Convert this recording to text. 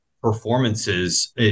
performances